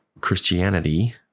Christianity